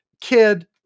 kid